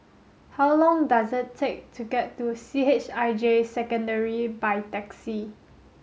how long does it take to get to C H I J Secondary by taxi